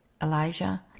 Elijah